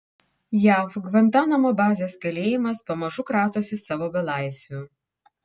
jav gvantanamo bazės kalėjimas pamažu kratosi savo belaisvių